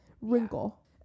wrinkle